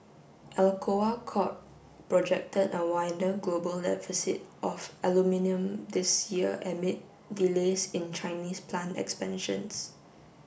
Alcoa Corp projected a wider global deficit of aluminium this year amid delays in Chinese plant expansions